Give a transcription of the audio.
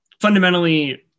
fundamentally